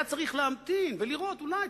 היה צריך להמתין ולראות אולי,